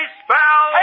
spell